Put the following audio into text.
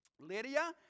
Lydia